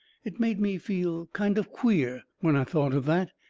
it made me feel kind of queer, when i thought of that,